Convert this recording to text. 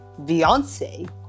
Beyonce